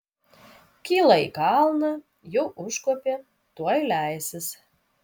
kyla į kalną jau užkopė tuoj leisis